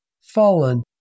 fallen